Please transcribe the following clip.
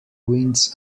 winds